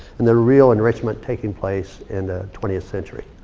and the real enrichment taking place in the twentieth century.